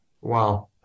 Wow